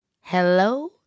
Hello